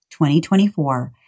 2024